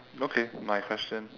okay my question